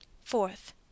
Fourth